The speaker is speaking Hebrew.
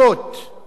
מעקות.